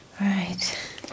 Right